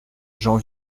j’en